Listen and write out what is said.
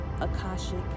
Akashic